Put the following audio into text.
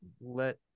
let